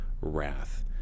wrath